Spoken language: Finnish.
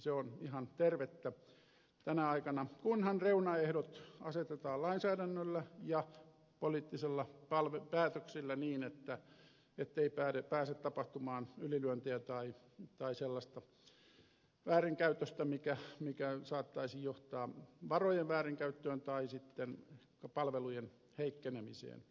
se on ihan tervettä tänä aikana kunhan reunaehdot asetetaan lainsäädännöllä ja poliittisilla päätöksillä niin ettei pääse tapahtumaan ylilyöntejä tai sellaista väärinkäytöstä joka saattaisi johtaa varojen väärinkäyttöön tai sitten palvelujen heikkenemiseen